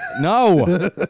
No